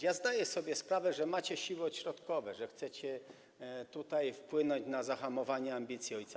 Ja zdaję sobie sprawę, że macie siły odśrodkowe, że chcecie tutaj wpłynąć na zahamowanie ambicji o.